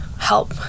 help